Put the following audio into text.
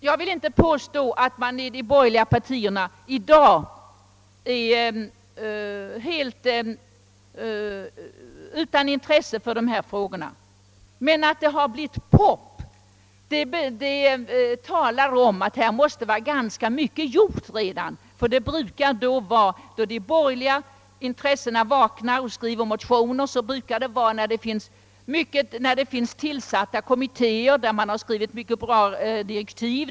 Jag vill inte påstå att man inom de borgerliga partierna i dag är helt utan intresse för dessa frågor, men det faktum att dessa har blivit pop visar att det redan måste ha gjorts ganska mycket på detta område; de borgerligas intresse brukar vakna och de brukar börja skriva motioner när man redan har tillsatt kommittéer och skrivit mycket bra direktiv för dem.